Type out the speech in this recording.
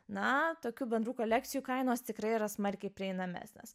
na tokių bendrų kolekcijų kainos tikrai yra smarkiai prieinamesnės